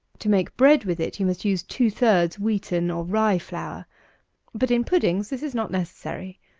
to make bread with it you must use two-thirds wheaten, or rye, flour but in puddings this is not necessary.